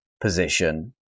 position